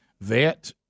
vet